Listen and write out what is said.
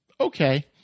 Okay